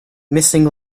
missing